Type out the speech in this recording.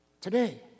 Today